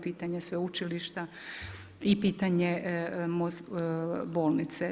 Pitanja sveučilišta i pitanje bolnice.